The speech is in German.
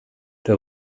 der